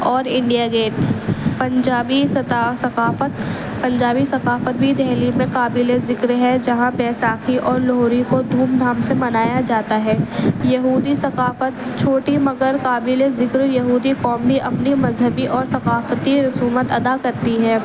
اور India Gate Punjabi ثقافت پنجابی ثقافت بھی دہلی میں قابل ذکر ہے جہاں بیساکھی اور لوہڑی کو دھوم دھام سے منایا جاتا ہے یہودی ثقافت چھوٹی مگر قابل ذکر یہودی قوم بھی اپنی مذہبی اور ثقافتی رسومات ادا کرتی ہے